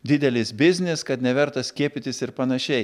didelis biznis kad neverta skiepytis ir panašiai